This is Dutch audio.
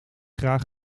graag